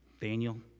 Daniel